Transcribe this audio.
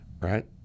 Right